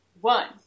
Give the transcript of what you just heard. one